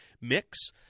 mix